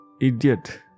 Idiot